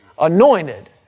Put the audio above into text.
anointed